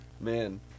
Man